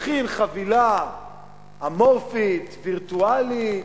הכין חבילה אמורפית, וירטואלית,